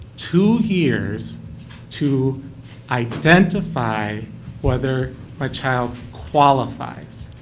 two years to identify whether my child qualifies.